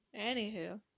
anywho